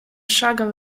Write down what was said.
шагом